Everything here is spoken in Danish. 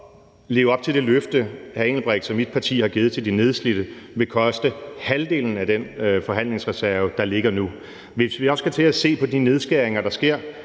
Benny Engelbrechts og mit parti har givet til de nedslidte, koste halvdelen af den forhandlingsreserve, der ligger nu. Hvis vi også skal til at se på de nedskæringer, der sker